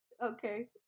Okay